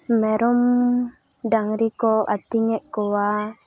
ᱢᱮᱨᱚᱢ ᱰᱟᱝᱨᱤ ᱠᱚ ᱟᱹᱛᱤᱧᱮᱫ ᱠᱚᱣᱟ